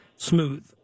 Smooth